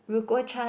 Ryouko-Chan